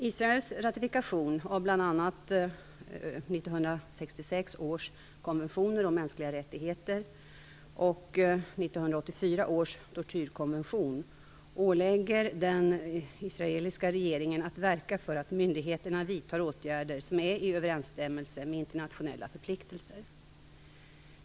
Israels ratifikation av bl.a. 1966 års konventioner om mänskliga rättigheter och 1984 års tortyrkonvention ålägger den israeliska regeringen att verka för att myndigheterna vidtar åtgärder som är i överensstämmelse med internationella förpliktelser.